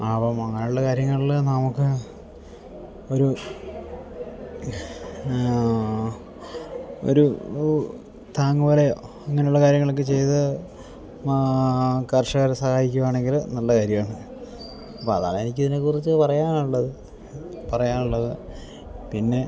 അപ്പം അങ്ങനുള്ള കാര്യങ്ങളിൽ നമൂക്ക് ഒരു ഒരു താങ്ങ് പോലെയോ അങ്ങനുള്ള കാര്യങ്ങളൊക്കെ ചെയ്ത് കർഷകരെ സഹായിക്കുകയാണെങ്കിൽ നല്ല കാര്യമാണ് അപ്പം അതാണ് എനിക്കിതിനെ കുറിച്ച് പറയാനുള്ളത് പറയാനുള്ളത് പിന്നെ